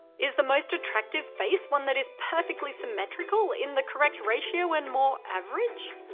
is the most attractive face one that is perfectly symmetrical, in the correct ratio and more average?